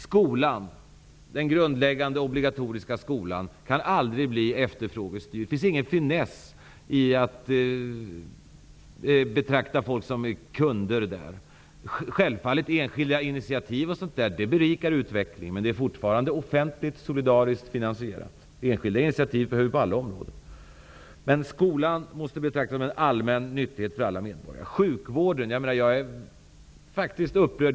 Den grundläggande, obligatoriska skolan kan aldrig bli efterfrågestyrd. Det finns ingen finess i att betrakta folk som kunder där. Självfallet berikar enskilda initiativ utvecklingen, men skolan är fortfarande offentligt, solidariskt finansierad. Det enskilda initiativet behövs på alla områden. Men skolan måste betraktas som en allmän nyttighet för alla medborgare. Vidare har vi frågan om sjukvården.